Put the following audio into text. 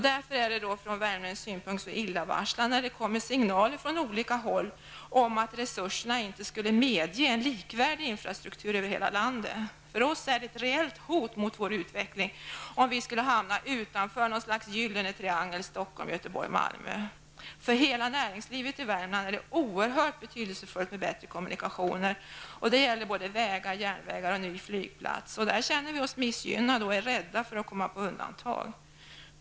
Därför är det från värmländsk synpunkt illavarslande när det kommer signaler från olika håll om att resurserna inte skulle medge en likvärdig infrastruktur över hela landet. För oss är det ett reellt hot mot vår utveckling om vi skulle hamna utanför något slags gyllene triangel bestående av Stockholm, Göteborg och Malmö. För hela näringslivet i Värmland är det oerhört betydelsefullt med bättre kommunikationer. Det gäller både vägar, järnvägar och en ny flygplats. Där känner vi oss missgynnade och är rädda för att komma på undantag.